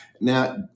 Now